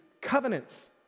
covenants